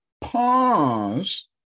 pause